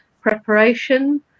preparation